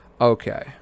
Okay